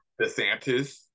DeSantis